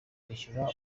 kwishyura